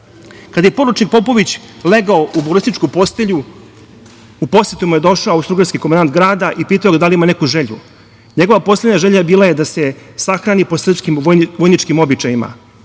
je poručnik Popović legao u bolesničku posetu u posetu mu je došao austrougarski komandant grada i pitao ga da li ima neku želju. Njegova poslednja želja je bila da se sahrani po srpskim vojničkim običajima